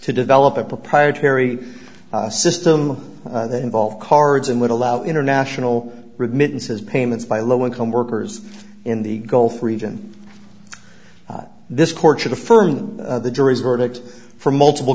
to develop a proprietary system that involved cards and would allow international remittances payments by low income workers in the gulf region this court should affirm the jury's verdict from multiple